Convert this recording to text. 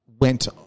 went